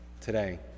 today